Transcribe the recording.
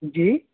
جی